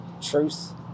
truth